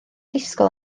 disgwyl